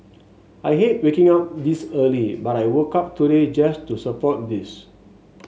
I hate waking up this early but I woke up today just to support this